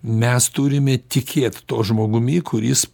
mes turime tikėt tuo žmogumi kuris